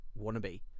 wannabe